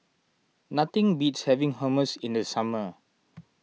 nothing beats having Hummus in the summer